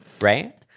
right